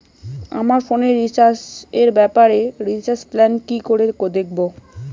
আমার ফোনে রিচার্জ এর ব্যাপারে রিচার্জ প্ল্যান কি করে দেখবো?